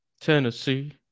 Tennessee